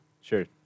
Sure